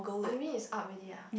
oh you mean it's up already ah